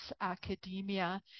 academia